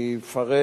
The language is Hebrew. אפרט